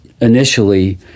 initially